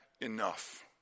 enough